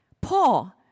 Paul